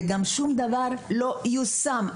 וגם שום דבר לא יושם.